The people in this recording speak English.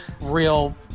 real